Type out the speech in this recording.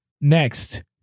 Next